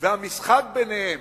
והמשחק ביניהן,